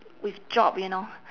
with job you know